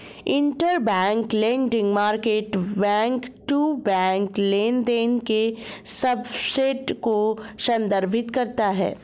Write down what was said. interbank lending market back to back लेनदेन के subset को संदर्भित करता है